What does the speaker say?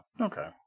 Okay